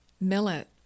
millet